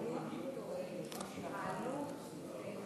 העלות באמת